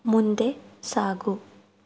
ಮುಂದೆ ಸಾಗು